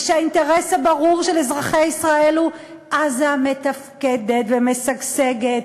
ושהאינטרס הברור של אזרחי ישראל הוא עזה מתפקדת ומשגשגת,